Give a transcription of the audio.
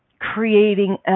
creating